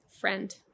friend